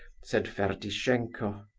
said ferdishenko.